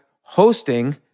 hosting